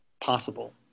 possible